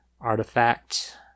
Artifact